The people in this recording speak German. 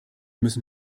müssen